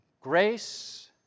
Grace